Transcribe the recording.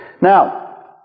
Now